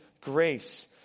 grace